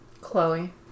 Chloe